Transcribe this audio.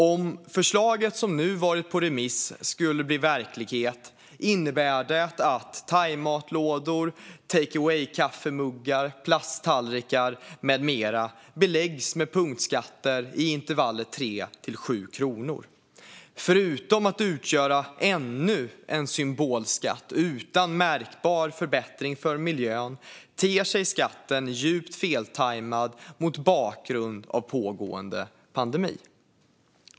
Om förslaget som nu har varit på remiss skulle bli verklighet innebär det att thaimatlådor, take away-kaffemuggar, plasttallrikar med mera beläggs med punktskatter i intervallet 3-7 kronor. Förutom att utgöra ännu en symbolskatt utan märkbar förbättring för miljön ter sig skatten djupt feltajmad mot bakgrund av pågående pandemi.